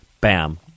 bam